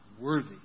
worthy